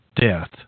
death